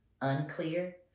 unclear